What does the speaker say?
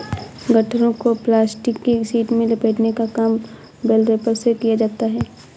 गट्ठरों को प्लास्टिक की शीट में लपेटने का काम बेल रैपर से किया जाता है